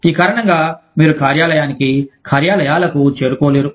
ఈ కారణంగా మీరు కార్యాలయానికి కార్యాలయాలకు చేరుకోలేరు